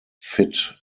fit